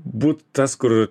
būt tas kur